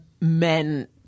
men